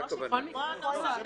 זה הכוונה.